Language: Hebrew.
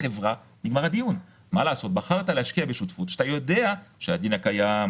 על זה, אני מדבר על כלל המשקיעים.